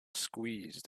squeezed